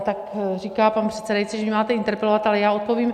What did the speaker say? Tak říká pan předsedající, že máte interpelovat, ale já odpovím.